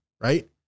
right